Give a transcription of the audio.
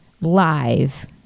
live